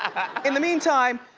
in the meantime,